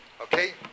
Okay